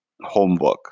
homework